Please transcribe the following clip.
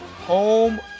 home